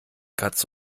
katz